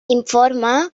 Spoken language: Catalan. informa